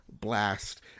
blast